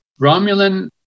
Romulan